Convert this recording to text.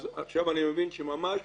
עכשיו אני מבין שממש